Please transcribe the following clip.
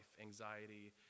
Anxiety